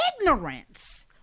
ignorance